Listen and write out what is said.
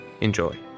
enjoy